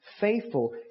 faithful